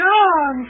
John